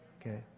Okay